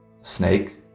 snake